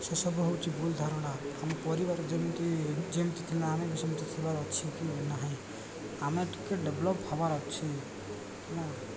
ସେସବୁ ହେଉଛି ଭୁଲ୍ ଧାରଣା ଆମ ପରିବାର ଯେମିତି ଯେମିତି ଥିଲା ଆମେ ବି ସେମିତି ଥିବାର ଅଛି କି ନାହିଁ ଆମେ ଟିକେ ଡେଭଲପ୍ ହେବାର ଅଛି ହେଲା